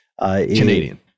Canadian